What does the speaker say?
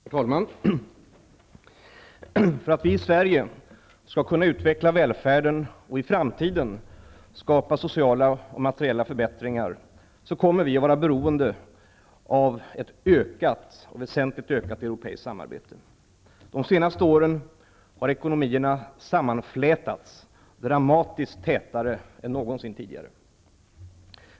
Herr talman! För att vi i Sverige skall kunna utveckla välfärden och i framtiden skapa sociala och materiella förbättringar, kommer vi att vara beroende av ett väsentligt ökat europeiskt samarbete. De senaste åren har ekonomierna sammanflätats dramatiskt tätare än någonsin tidigare.